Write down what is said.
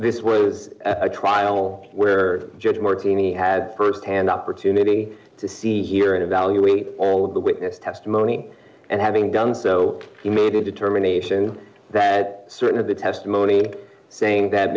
this was a trial where judge martini had st hand opportunity to see hear and evaluate all of the witness testimony and having done so he made a determination that certain of the testimony and saying that